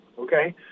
okay